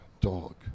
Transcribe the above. Dog